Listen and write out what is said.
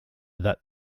that